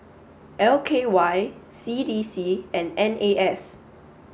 L K Y C D C and N A S